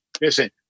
Listen